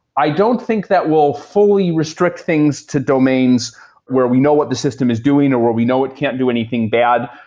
i don't think that will fully restrict things to domains where we know what the system is doing, or where we know it can't do anything bad.